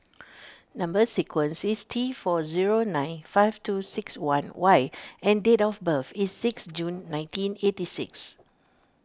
Number Sequence is T four zero nine five two six one Y and date of birth is six June nineteen eighty six